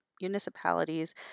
municipalities